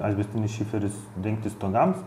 asbestinis šiferis dengti stogams